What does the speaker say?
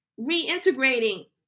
reintegrating